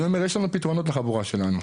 אני אומר, יש לנו פתרונות לחבורה שלנו,